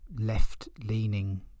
left-leaning